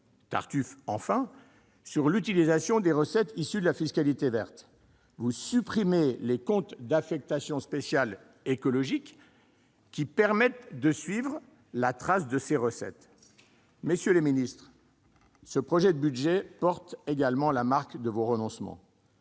tartuffes, enfin, en matière d'utilisation des recettes issues de la fiscalité verte, quand vous supprimez les comptes d'affectation spéciale écologiques, qui permettent la traçabilité de l'emploi de ces recettes. Messieurs les ministres, ce projet de budget porte également la marque de vos renoncements